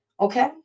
Okay